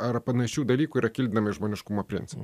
ar panašių dalykų yra kildinami iš žmoniškumo principo